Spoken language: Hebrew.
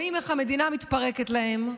רואים איך המדינה מתפרקת להם,